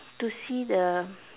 to see the